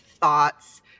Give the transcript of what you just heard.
thoughts